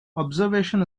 observation